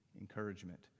encouragement